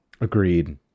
Agreed